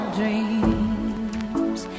dreams